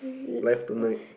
live tonight